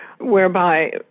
whereby